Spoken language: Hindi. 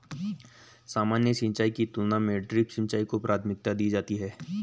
सामान्य सिंचाई की तुलना में ड्रिप सिंचाई को प्राथमिकता दी जाती है